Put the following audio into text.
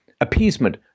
appeasement